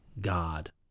God